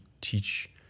teach